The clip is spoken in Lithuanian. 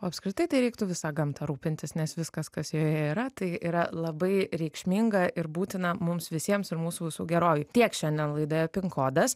o apskritai tai reiktų visa gamta rūpintis nes viskas kas joje yra tai yra labai reikšminga ir būtina mums visiems ir mūsų visų gerovei tiek šiandien laidoje pin kodas